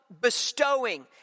bestowing